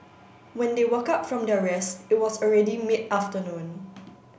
when they woke up from their rest it was already mid afternoon